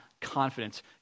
confidence